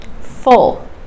Full